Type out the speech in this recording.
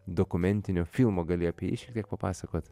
dokumentinio filmo gali apie jį šiek tiek papasakot